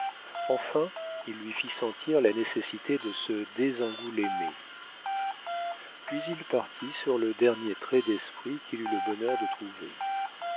enfin il lui fit sentir la nécessité de se désangoulêmer puis il partit sur le dernier trait d'esprit qu'il eut le bonheur de trouver